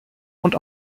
und